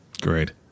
Great